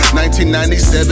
1997